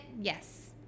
yes